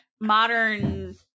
modern